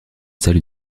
salle